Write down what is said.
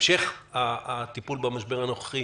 המשך הטיפול במשבר הנוכחי